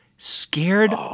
Scared